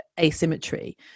asymmetry